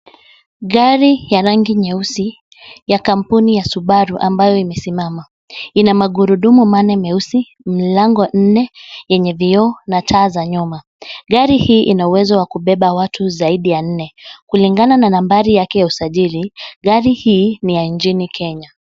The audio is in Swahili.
Gari ya rangi nyeusi ya kampuni ya Subaru ambayo imesimama. Ina magurudumu manne meusi, milango minne yenye vioo na taa za nyuma. Gari hii ina uwezo wa kubeba watu zaidi ya nne. Kulingana na nambari yake ya usajili, gari hii ni ya nchini Kenya.